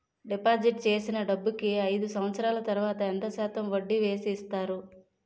Deposit చేసిన డబ్బుకి అయిదు సంవత్సరాల తర్వాత ఎంత శాతం వడ్డీ వేసి ఇస్తారు?